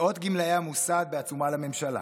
מאות גמלאי המוסד בעצומה לממשלה: